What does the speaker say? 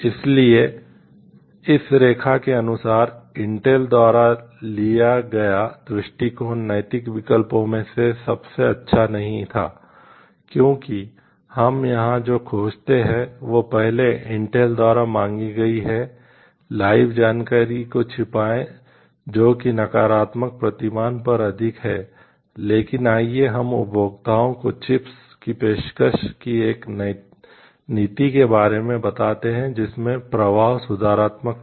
इसलिए इस रेखा के अनुसार इंटेल की पेशकश की एक नीति के बारे में बताते हैं जिसमें प्रवाह सुधारात्मक था